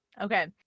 okay